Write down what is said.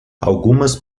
algumas